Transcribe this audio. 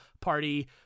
party